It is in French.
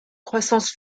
croissance